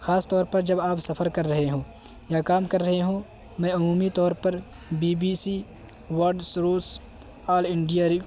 خاص طور پر جب آپ سفر کر رہے ہوں یا کام کر رہے ہوں میں عمومی طور پر بی بی سی ورڈس روس آل انڈیا